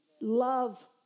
love